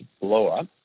blow-up